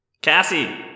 Cassie